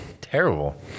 terrible